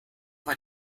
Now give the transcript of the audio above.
war